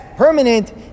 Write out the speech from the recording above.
Permanent